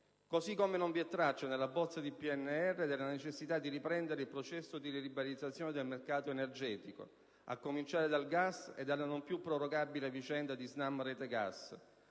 Così come non vi è traccia nella bozza di Programma nazionale di riforma della necessità di riprendere il processo di liberalizzazione del mercato energetico, a cominciare dal gas e dalla non più prorogabile vicenda di SNAM-Rete gas,